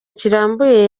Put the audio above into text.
kirambuye